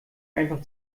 einfach